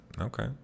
Okay